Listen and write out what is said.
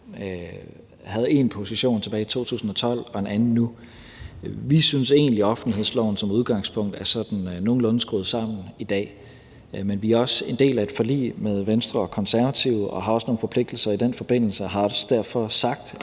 havde en position tilbage i 2012 og en anden nu. Vi synes egentlig, at offentlighedsloven som udgangspunkt er sådan nogenlunde skruet sammen i dag, men vi er også en del af et forlig med Venstre og Konservative og har også nogle forpligtelser i den forbindelse. Derfor har